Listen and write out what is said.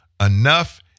enough